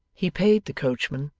he paid the coachman,